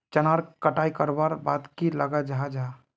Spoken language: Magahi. चनार कटाई करवार बाद की लगा जाहा जाहा?